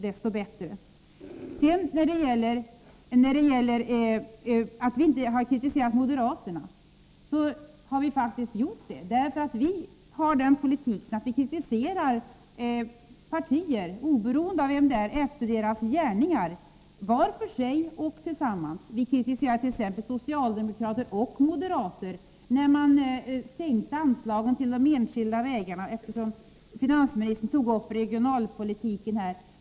Vidare har sagts att vi inte har kritiserat moderaterna. Men det har vi faktiskt gjort. Vi för en sådan politik att vi kritiserar partier — oberoende av vilka det är— efter deras gärningar, var för sig och tillsammans. Vi kritiserade t.ex. socialdemokrater och moderater när ni sänkte anslagen till de enskilda vägarna. Jag kan nämna det som exempel, eftersom finansministern tog upp regionalpolitiken.